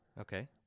Okay